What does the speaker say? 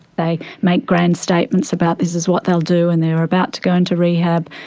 they make grand statements about this is what they'll do and they are about to go into rehab.